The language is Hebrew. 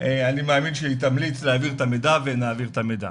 אני מאמין שהיא תמליץ להעביר את המידע ונעביר את המידע.